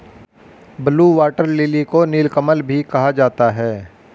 blue water lily को नीलकमल भी कहा जाता है